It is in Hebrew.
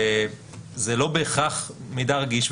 זה לא בהכרח מידע רגיש,